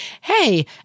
hey